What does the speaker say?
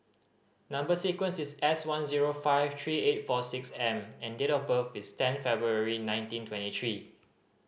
number sequence is S one zero five three eight four six M and date of birth is ten February nineteen twenty three